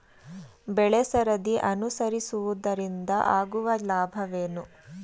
ಬೆಳೆಸರದಿ ಅನುಸರಿಸುವುದರಿಂದ ಆಗುವ ಲಾಭವೇನು?